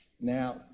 now